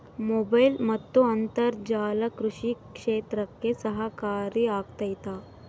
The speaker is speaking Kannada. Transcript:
ಮೊಬೈಲ್ ಮತ್ತು ಅಂತರ್ಜಾಲ ಕೃಷಿ ಕ್ಷೇತ್ರಕ್ಕೆ ಸಹಕಾರಿ ಆಗ್ತೈತಾ?